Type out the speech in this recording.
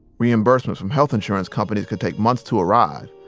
reimbursements from health insurance companies could take months to arrive,